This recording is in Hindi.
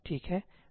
ठीक है